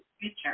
future